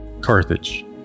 Carthage